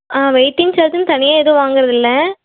ஆ waiting சார்ஜுன்னு தனியாக எதுவும் வாங்குறது இல்லை